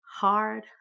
Hard